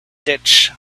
ditch